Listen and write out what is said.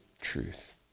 truth